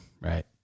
right